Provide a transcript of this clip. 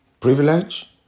Privilege